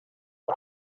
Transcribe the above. are